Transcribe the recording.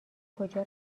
کجا